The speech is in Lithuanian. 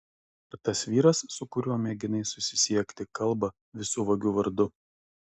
ar tas vyras su kuriuo mėginai susisiekti kalba visų vagių vardu